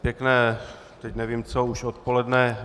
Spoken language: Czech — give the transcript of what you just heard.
Pěkné teď nevím co, už odpoledne.